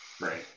right